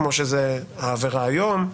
כמו שהעבירה היום?